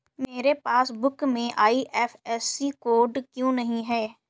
मेरे पासबुक में IFSC code क्यो नहीं है?